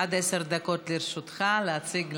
עד עשר דקות לרשותך להציג לנו,